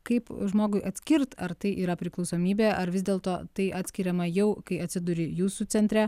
kaip žmogui atskirt ar tai yra priklausomybė ar vis dėlto tai atskiriama jau kai atsiduri jūsų centre